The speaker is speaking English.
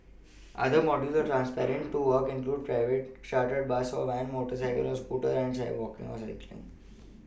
other modes of transport to work include private Chartered bus or van motorcycle or scooter and walking or cycling